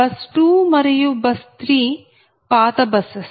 bus 2 మరియు bus 3 పాత buses